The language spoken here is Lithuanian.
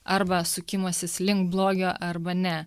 arba sukimasis link blogio arba ne